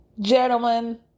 Gentlemen